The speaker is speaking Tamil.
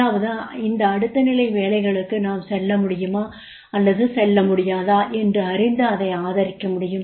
அதாவது இந்த அடுத்த நிலை வேலைகளுக்கு நாம் செல்ல முடியுமா அல்லது முடியாதா என்று அறிந்து அதை ஆதரிக்க முடியும்